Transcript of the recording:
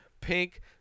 pink